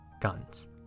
Guns